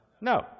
No